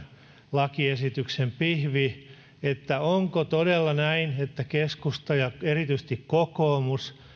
lakiesityksen pihvi että onko todella näin että keskusta ja erityisesti kokoomus